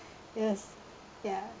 it was ya